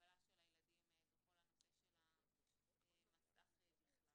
בהגבלה של הילדים בכל הנושא של המסך בכלל.